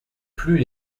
plus